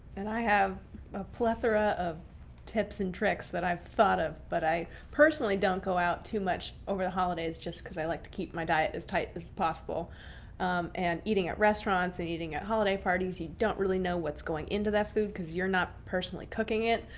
and i have a plethora of tips and tricks that i've thought of, but i personally don't go out too much over the holidays, just because i like to keep my diet as tight as possible and eating at restaurants and eating at holiday parties. you don't really know what's going into that food because you're not personally cooking it.